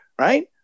right